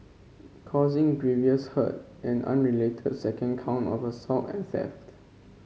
causing grievous hurt an unrelated second count of assault and theft